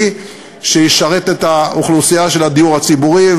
שישרת את האוכלוסייה של הדיור הציבורי.